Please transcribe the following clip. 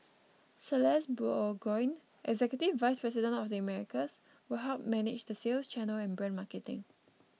Celeste Burgoyne executive vice president of the Americas will help manage the sales channel and brand marketing